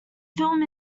film